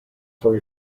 for